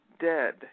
dead